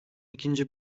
ikinci